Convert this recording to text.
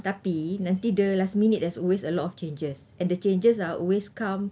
tapi nanti dia last minute there's always a lot of changes and the changes are always come